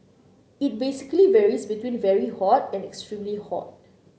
it basically varies between very hot and extremely hot